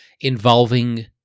involving